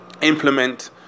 implement